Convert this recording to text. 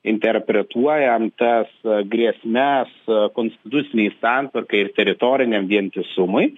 interpretuojam tas grėsmes konstitucinei santvarkai ir teritoriniam vientisumui